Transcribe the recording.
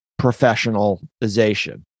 professionalization